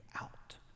out